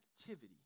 activity